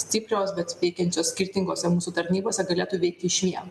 stiprios bet veikiančios skirtingose mūsų tarnybose galėtų veikti išvien